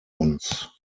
uns